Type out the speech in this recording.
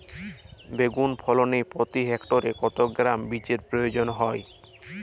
বেগুন ফলনে প্রতি হেক্টরে কত গ্রাম বীজের প্রয়োজন হয়?